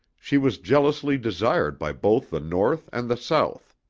she was jealously desired by both the north and the south.